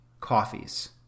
coffees